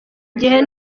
gihe